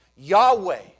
Yahweh